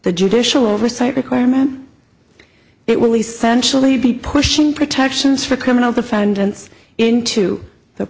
the judicial oversight requirement it will essentially be pushing protections for criminal defendants into the